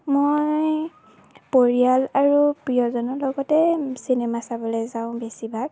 মই পৰিয়াল আৰু প্ৰিয়জনৰ লগতে চিনেমা চাবলৈ যাওঁ বেছিভাগ